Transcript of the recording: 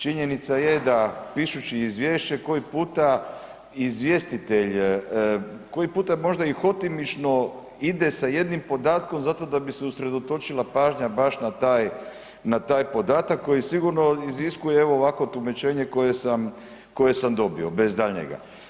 Činjenica je da pišući Izvješće koji puta izvjestitelj, koji puta možda i hotimično ide sa jednim podatkom zato da bi se usredotočila pažnja baš na taj, na taj podatak koji sigurno iziskuje evo, ovakvo tumačenje koje sam dobio, bez daljnjega.